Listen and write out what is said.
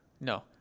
No